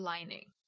Lining 。